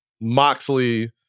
Moxley